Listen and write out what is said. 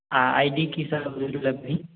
आइ D की सब लगतै